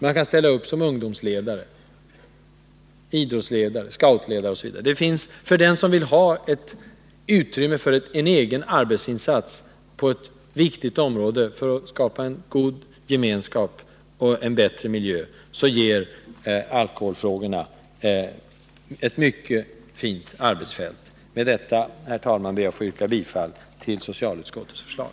Man kan ställa upp som ungdomsledare, idrottsledare, scoutledare osv. För den som vill ha utrymme för en egen arbetsinsats på ett viktigt område i syfte att skapa god gemenskap och bättre miljö ger alkoholfrågan ett fint arbetsfält. Herr talman! Jag ber att få yrka bifall till socialutskottets förslag.